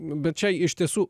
bet čia iš tiesų